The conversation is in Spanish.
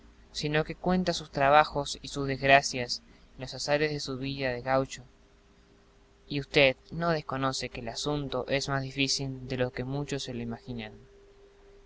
sino que cuenta sus trabajos sus desgracias los azares de su vida de gaucho y ud no desconoce que el asunto es más difícil de lo que muchos se lo imaginarán